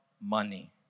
money